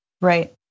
Right